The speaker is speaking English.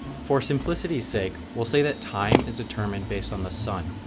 for simplicity's sake, we'll say that time is determined based on the sun.